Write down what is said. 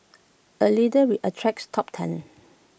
A leader re attracts top talent